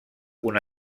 una